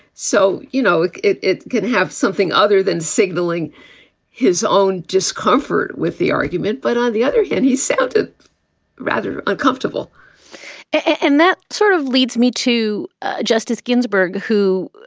so, you know, it it could have something other than signaling his own discomfort with the argument. but on the other hand, he sounded rather uncomfortable and that sort of leads me to justice ginsburg, who